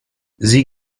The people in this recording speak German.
sie